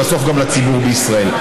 ובסוף גם לציבור ישראל.